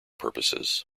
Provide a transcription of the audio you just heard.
purposes